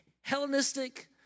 Hellenistic